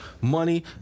money